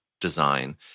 design